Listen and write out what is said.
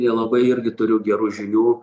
nelabai irgi turiu gerų žinių